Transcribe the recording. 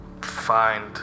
Find